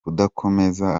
kudakomeza